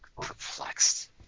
perplexed